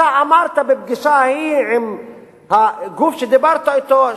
אתה אמרת בפגישה ההיא עם הגוף שדיברת אתו,